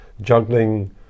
juggling